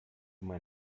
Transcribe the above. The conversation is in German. mein